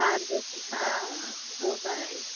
car जो हा उहो त आहे